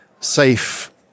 safe